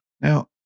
Now